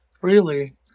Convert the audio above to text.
freely